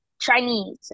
Chinese